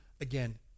again